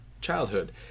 childhood